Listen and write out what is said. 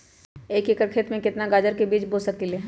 एक एकर खेत में केतना गाजर के बीज बो सकीं ले?